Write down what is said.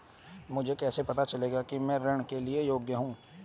मुझे कैसे पता चलेगा कि मैं ऋण के लिए योग्य हूँ?